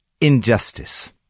injustice